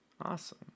Awesome